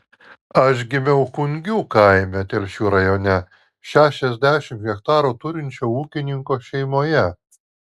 aš gimiau kungių kaime telšių rajone šešiasdešimt hektarų turinčio ūkininko šeimoje